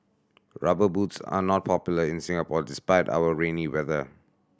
Rubber Boots are not popular in Singapore despite our rainy weather